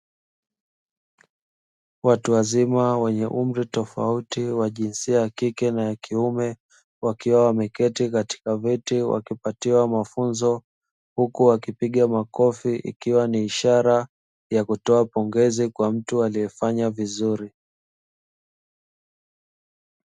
Watu wazima, wenye umri tofauti, wajinsia ya kike na ya kiume, wakiwa wameketi katika viti, wakipatiwa mwafunzo, huku wakipiga makofi, ikiwa ni ishara ya kutowa pongezi kwa mtu alie fanya vizuri.